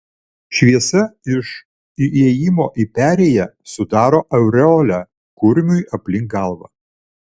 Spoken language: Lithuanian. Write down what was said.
šviesa iš įėjimo į perėją sudaro aureolę kurmiui aplink galvą